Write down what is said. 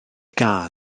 gân